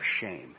shame